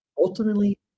ultimately